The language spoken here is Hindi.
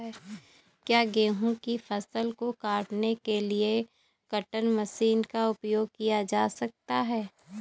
क्या गेहूँ की फसल को काटने के लिए कटर मशीन का उपयोग किया जा सकता है?